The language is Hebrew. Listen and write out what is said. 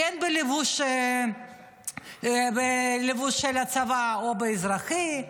כן בלבוש של הצבא או באזרחי?